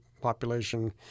population